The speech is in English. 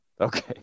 Okay